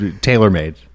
tailor-made